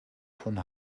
von